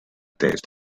test